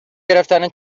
گرفتن